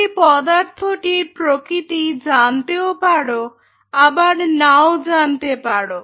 তুমি পদার্থটির প্রকৃতি জানতেও পারো আবার নাও জানতে পারো